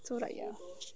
so like ya